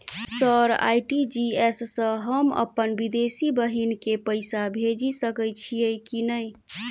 Sir RTGS सँ हम अप्पन विदेशी बहिन केँ पैसा भेजि सकै छियै की नै?